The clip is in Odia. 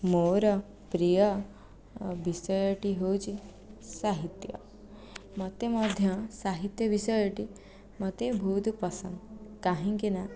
ମୋର ପ୍ରିୟ ବିଷୟଟି ହେଉଛି ସାହିତ୍ୟ ମୋତେ ମଧ୍ୟ ସାହିତ୍ୟ ବିଷୟଟି ମୋତେ ବହୁତ ପସନ୍ଦ କାହିଁକିନା